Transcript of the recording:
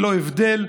ללא הבדל,